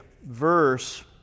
Verse